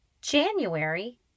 January